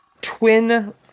twin